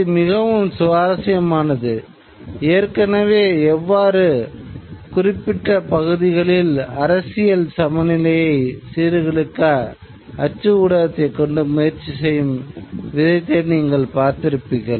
அது மிகவும் சுவாரஸ்யமானது ஏற்கனவே எவ்வாறு குறிப்பட்ட பகுதிகளில் அரசியல் சமநிலையை சீர்குலைக்க அச்சு ஊடகத்தைக் கொண்டு முயற்சி செய்யும் விதத்தை நீங்கள் பார்த்திருப்பீர்கள்